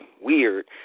weird